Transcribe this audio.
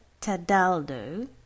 Tadaldo